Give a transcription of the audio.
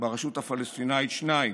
וברשות הפלסטינית, שניים,